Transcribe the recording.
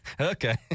Okay